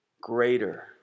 greater